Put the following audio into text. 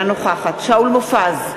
אינה נוכחת שאול מופז,